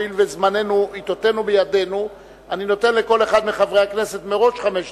והואיל ועתותינו בידינו אני נותן לכל חברי הכנסת מראש חמש דקות.